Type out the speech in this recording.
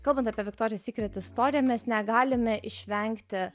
kalbant apie viktorija sykret istoriją mes negalime išvengti